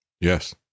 yes